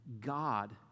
God